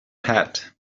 hat